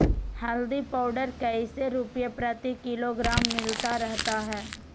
हल्दी पाउडर कैसे रुपए प्रति किलोग्राम मिलता रहा है?